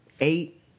eight